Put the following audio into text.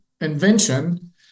invention